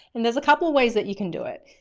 and there's a couple of ways that you can do it.